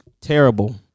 terrible